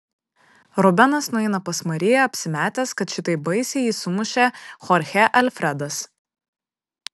rubenas nueina pas mariją apsimetęs kad šitaip baisiai jį sumušė chorchė alfredas